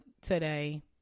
today